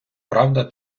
правда